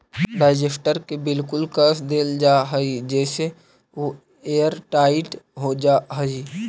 digester के बिल्कुल कस देल जा हई जेसे उ एयरटाइट हो जा हई